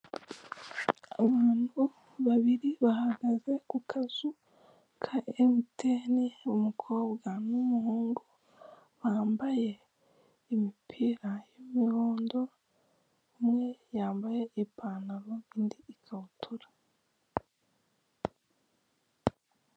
Abantu babiri bahagaze ku kazu ka emutiyene umukobwa n'umuhungu bambaye imipira y'umuhondo umwe yambaye ipantaro undi ikabutura.